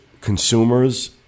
consumers